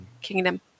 Kingdom